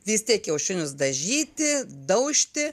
vi stiek kiaušinius dažyti daužti